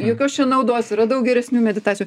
jokios čia naudos yra daug geresnių meditacijų